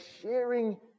sharing